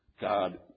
God